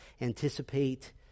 anticipate